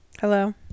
hello